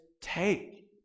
take